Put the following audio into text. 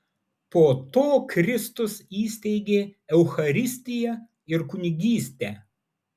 po to kristus įsteigė eucharistiją ir kunigystę